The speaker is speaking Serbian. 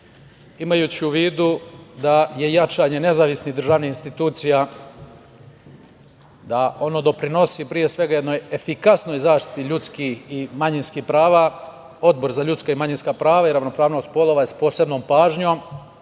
Imajući u vidu da jačanje nezavisnih državnih institucija doprinosi jednoj efikasnoj zaštiti ljudskih i manjinskih prava, Odbor za ljudska i manjinska prava i ravnopravnost polova je sa posebnom pažnjom,